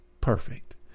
Perfect